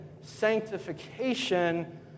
sanctification